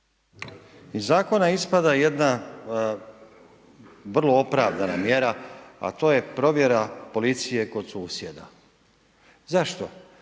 Iz zakona ispada jedna vrlo opravdana mjera, a to je provjera policije kod susjeda. Zašto?